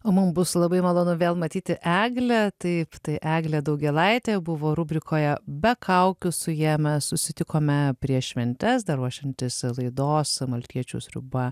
o mum bus labai malonu vėl matyti eglę taip tai eglė daugėlaitė buvo rubrikoje be kaukių su ja mes susitikome prieš šventes dar ruošiantis laidos maltiečių sriuba